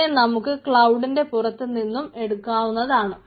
അതിനെ നമുക്ക് ക്ലൌഡിന്റെ പുറത്തുനിന്നും തന്നെ എടുക്കാവുന്നതാണ്